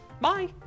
bye